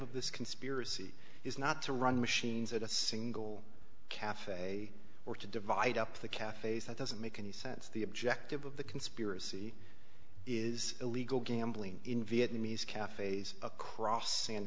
of this conspiracy is not to run machines at a single cafe or to divide up the cafes that doesn't make any sense the objective of the conspiracy is illegal gambling in vietnamese cafes across san